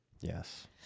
Yes